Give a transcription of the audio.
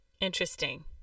Interesting